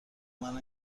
منو